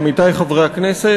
עמיתי חברי הכנסת,